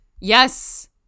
Yes